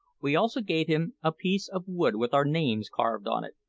we also gave him a piece of wood with our names carved on it,